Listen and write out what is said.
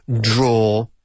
draw